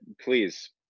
please